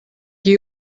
qui